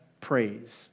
praise